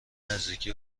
نزدیکی